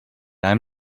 i’m